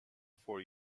for